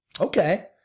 Okay